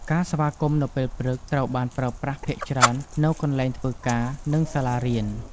ការស្វាគមន៍នៅពេលព្រឹក ត្រូវបានប្រើប្រាស់ភាគច្រើននៅកន្លែងធ្វើការ និងសាលារៀន។